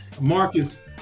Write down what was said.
Marcus